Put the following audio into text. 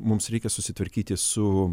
mums reikia susitvarkyti su